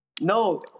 No